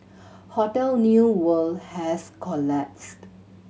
hotel New World has collapsed